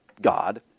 God